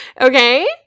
Okay